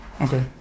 Okay